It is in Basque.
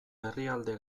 herrialde